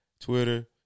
Twitter